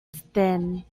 then